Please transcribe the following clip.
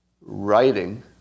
Writing